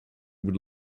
would